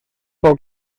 poc